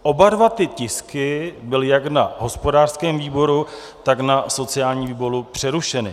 Oba dva ty tisky byly jak na hospodářském výboru, tak na sociálním výboru přerušeny.